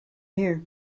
here